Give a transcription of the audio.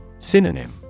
Synonym